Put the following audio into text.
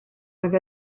oedd